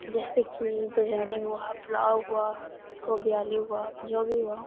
جیسے کہ بریانی ہوا پلاؤ ہوا گوبھی آلو ہوا جو بھی ہوا